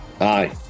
Aye